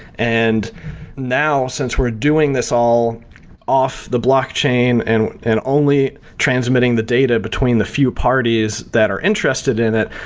and now since we're doing this all off the blockchain and and only transmitting the data between the few parties that are interested in it,